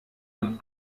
man